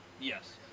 Yes